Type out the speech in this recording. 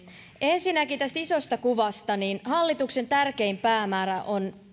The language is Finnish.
ensinnäkin tästä isosta kuvasta hallituksen tärkein päämäärä on